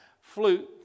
flute